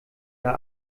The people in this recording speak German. der